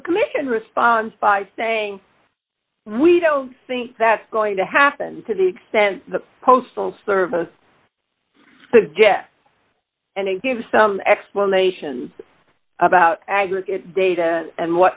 of the commission responds by saying we don't think that's going to happen to the extent the postal service yes and it gives some explanation about aggregate data and